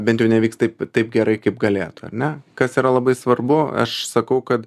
bent jau nevyks taip taip gerai kaip galėtų ar ne kas yra labai svarbu aš sakau kad